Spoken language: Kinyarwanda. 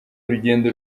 urugendo